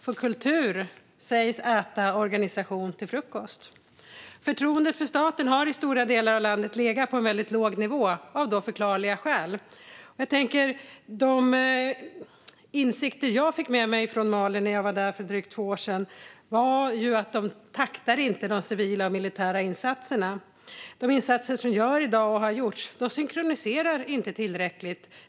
För kultur sägs äta organisation till frukost. Förtroendet för staten har, av förklarliga skäl, legat på en låg nivå i stora delar av landet. De insikter jag fick med mig från Mali när jag var där för drygt två år sedan var att de civila och militära insatserna inte går i takt. De insatser som görs i dag, och som har gjorts, är inte tillräckligt synkroniserade.